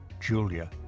Julia